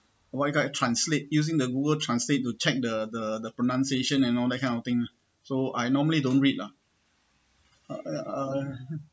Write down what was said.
voice guide translate using the google translate to check the the the pronunciation and all that kind of thing lah so I normally don't read lah uh